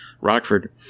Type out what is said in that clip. Rockford